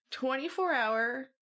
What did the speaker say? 24-hour